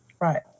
right